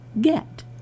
get